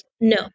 no